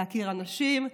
להכיר אנשים.